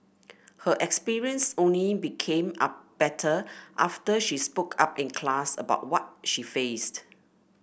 her experience only became up better after she spoke up in class about what she faced